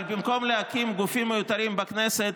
אבל במקום להקים גופים מיותרים בכנסת,